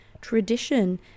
tradition